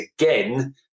again